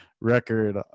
record